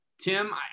Tim